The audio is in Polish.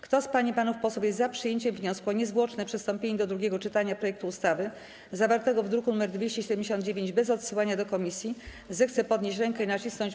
Kto z pań i panów posłów jest za przyjęciem wniosku o niezwłoczne przystąpienie do drugiego czytania projektu ustawy zawartego w druku nr 279 bez odsyłania do komisji, zechce podnieść rękę i nacisnąć przycisk.